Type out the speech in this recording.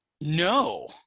No